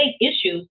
issues